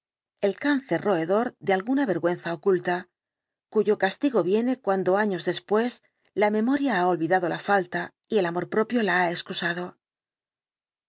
el cáncer roedor de alguna vergüenza occulta cuyo castigo viene cuando años después la memoria ha olvidado la falta y el amor propio la ha excusado